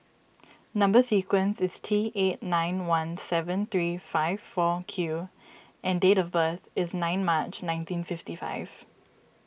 Number Sequence is T eight nine one seven three five four Q and date of birth is nine March nineteen fifty five